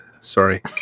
Sorry